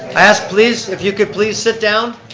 ask please, if you could please sit down,